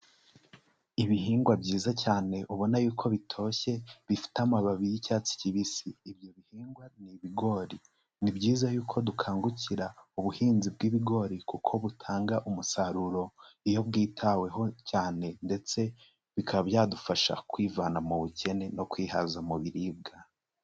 Ibihingwa byiza cyane ubona yuko bitoshye bifite amababi y'icyatsi kibisi ibyo bihingwa ni ibigori, ni byiza yuko dukangukira ubuhinzi bw'ibigori kuko butanga umusaruro iyo bwitaweho cyane ndetse bikaba byadufasha kwivana mu bukene no kwihaza mubiribwa.